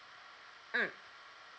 mm